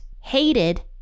hated